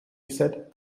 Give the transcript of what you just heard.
said